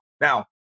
Now